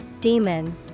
Demon